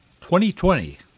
2020